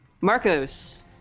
Marcos